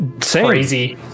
crazy